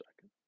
second